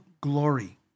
glory